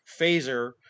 phaser